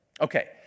Okay